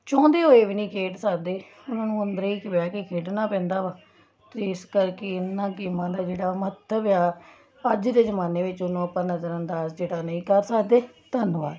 ਚਾਹੁੰਦੇ ਹੋਏ ਵੀ ਨਹੀਂ ਖੇਡ ਸਕਦੇ ਉਹਨਾਂ ਨੂੰ ਅੰਦਰੇ ਹੀ ਬਹਿ ਕੇ ਖੇਡਣਾ ਪੈਂਦਾ ਵਾ ਅਤੇ ਇਸ ਕਰਕੇ ਇਹਨਾਂ ਗੇਮਾਂ ਦਾ ਜਿਹੜਾ ਮਹੱਤਵ ਆ ਅੱਜ ਦੇ ਜਮਾਨੇ ਵਿੱਚ ਉਹਨੂੰ ਆਪਾਂ ਨਜ਼ਰ ਅੰਦਾਜ ਜਿਹੜਾ ਨਹੀਂ ਕਰ ਸਕਦੇ ਧੰਨਵਾਦ